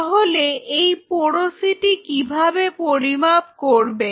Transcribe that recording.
তাহলে এই পোরোসিটি কিভাবে পরিমাপ করবে